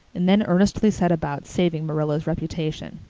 and then earnestly set about saving marilla's reputation.